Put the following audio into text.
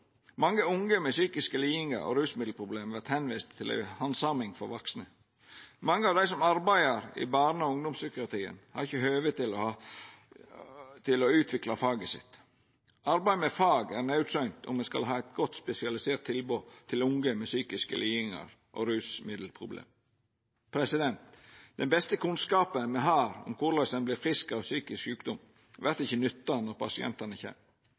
Mange unge med psykiske lidingar og rusmiddelproblem vert viste til handsaming for vaksne. Mange av dei som arbeider i barne- og ungdomspsykiatrien har ikkje høve til å utvikla faget sitt. Arbeid med fag er naudsynt om me skal ha eit godt spesialisert tilbod til unge med psykiske lidingar og rusmiddelproblem. Den beste kunnskapen me har om korleis ein vert frisk av psykisk sjukdom, vert ikkje nytta når pasientane